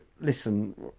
Listen